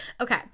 Okay